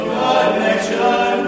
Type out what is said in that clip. connection